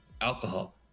Alcohol